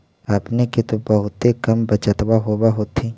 अपने के तो बहुते कम बचतबा होब होथिं?